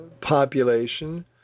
population